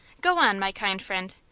go on, my kind friend.